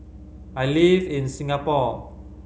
I live in Singapore